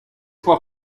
toi